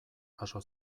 jaso